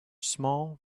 small